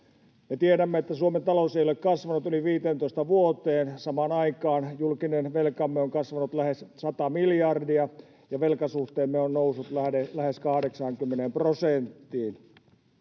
Me tiedämme, että Suomen talous ei ole kasvanut yli 15 vuoteen ja samaan aikaan julkinen velkamme on kasvanut lähes 100 miljardia ja velkasuhteemme on noussut lähes 80 prosenttiin.